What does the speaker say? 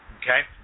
okay